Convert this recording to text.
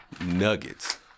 Nuggets